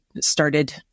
started